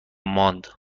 ماند